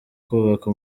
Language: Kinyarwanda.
kubaka